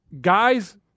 guys –